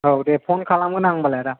औ दे फन खालामगोन आं होनबालाय आदा